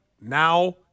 now